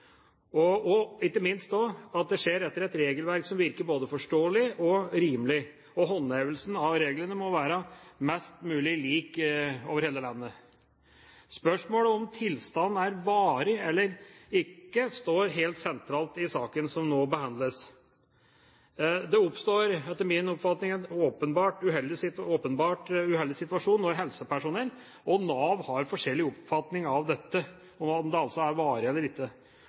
og etter et regelverk som virker forståelig og rimelig.» Håndhevelsen av reglene må også være mest mulig lik over hele landet. Spørsmålet om tilstanden er varig eller ikke, står helt sentralt i saken som nå behandles. Det oppstår etter min oppfatning en åpenbart uheldig situasjon når helsepersonell og Nav har forskjellig oppfatning av om tilstanden er varig eller ikke. Som komiteens øvrige medlemmer har jeg vanskelig for å forstå at det ikke er